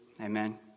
Amen